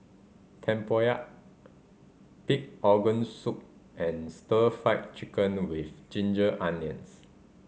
tempoyak pig organ soup and Stir Fry Chicken with ginger onions